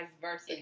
versa